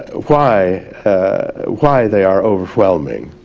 why why they are overwhelming